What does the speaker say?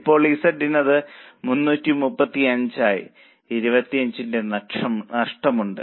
ഇപ്പോൾ Z ന് അത് 335 ആയി 25 ന്റെ നഷ്ടം ഉണ്ട്